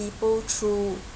people through